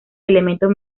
elementos